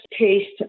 taste